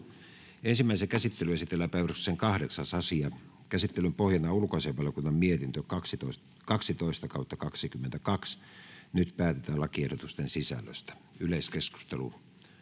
Ensimmäiseen käsittelyyn esitellään päiväjärjestyksen 9. asia. Käsittelyn pohjana on sivistysvaliokunnan mietintö SiVM 20/2022 vp. Nyt päätetään lakiehdotuksen sisällöstä. — Yleiskeskustelu,